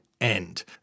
end